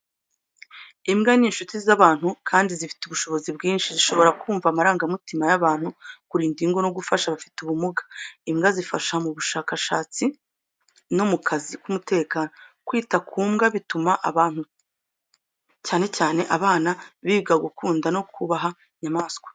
Imbwa ni inshuti z’abantu kandi zifite ubushobozi bwinshi. Zishobora kumva amarangamutima y’abantu, kurinda ingo no gufasha abafite ubumuga. Imbwa zifasha mu bushakashatsi no mu kazi k’umutekano. Kwita ku mbwa bituma abantu cyane cyane abana, biga gukunda no kubaha inyamanswa.